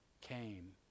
came